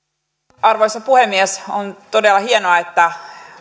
arvoisa puhemies on todella hienoa että